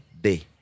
day